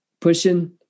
pushing